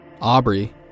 Aubrey